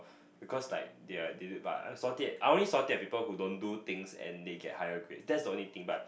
because like they're they they but I'm salty at I'm only salty at people who don't do things and they get higher grade that's the only thing but